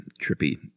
trippy